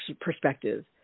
perspective